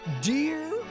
Dear